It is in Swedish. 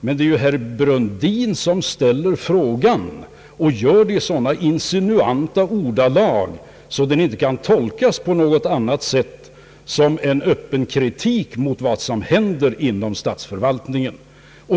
Men här är det herr Brundin, som ställer en fråga och gör det i så insinuanta ordalag, att den inte kan tolkas på något annat sätt än som en öppen kritik mot vad som händer inom statsförvaltningen.